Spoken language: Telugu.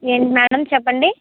ఏంటి మేడం చెప్పండి